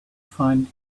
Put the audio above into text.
find